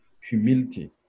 humility